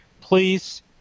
please